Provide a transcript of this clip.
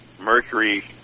Mercury